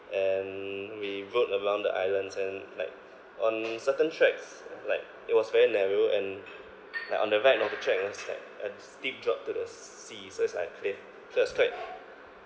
and we rode around the islands and like on certain tracks like it was very narrow and like on the right of the track is like a steep drop to the s~ sea so it's like a cliff so it's quite